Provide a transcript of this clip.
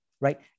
right